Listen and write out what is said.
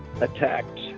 attacked